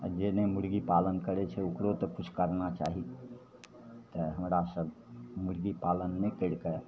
जे नहि मुरगीपालन करै छै ओकरो तऽ किछु करना चाही तऽ हमरासभ मुरगीपालन नहि करिके